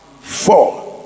Four